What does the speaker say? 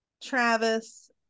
travis